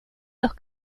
dos